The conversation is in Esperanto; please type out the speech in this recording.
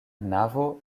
navo